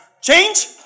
Change